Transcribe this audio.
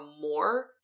more